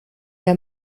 der